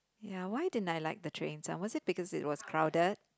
ya why didn't I like the trains ah was it because it was crowded